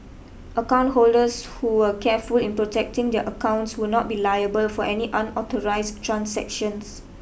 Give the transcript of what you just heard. account holders who were careful in protecting their accounts would not be liable for any unauthorised transactions